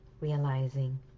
Realizing